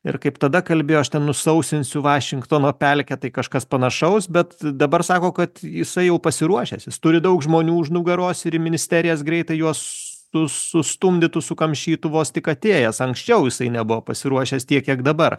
ir kaip tada kalbėjo aš ten nusausinsiu vašingtono pelkę tai kažkas panašaus bet dabar sako kad jisai jau pasiruošęs jis turi daug žmonių už nugaros ir ministerijas greitai juos su sustumdytų sukamšytų vos tik atėjęs anksčiau jisai nebuvo pasiruošęs tiek kiek dabar